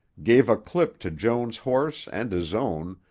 gave a clip to joan's horse and his own,